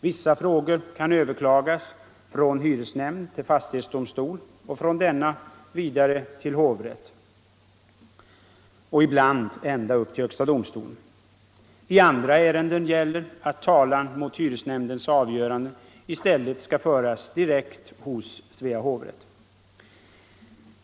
Vissa frågor kan överklagas från hyresnämnd till fastighetsdomstol och från denna vidare till hovrätt — och ibland ända upp till högsta domstolen. I andra ärenden gäller att talan mot hyresnämndens avgörande i stället skall föras direkt hos Svea hovrätt.